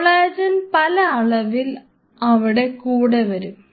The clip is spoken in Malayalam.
കൊളാജൻ പല അളവിൽ അവിടെ കൂടെ വരും